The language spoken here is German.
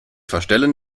verstellen